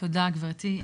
תודה גברתי.